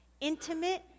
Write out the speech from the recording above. intimate